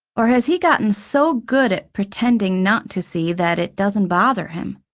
or has he gotten so good at pretending not to see that it doesn't bother him?